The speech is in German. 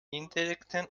indirekten